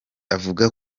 avuga